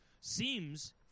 seems